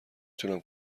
تونم